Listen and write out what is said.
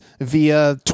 via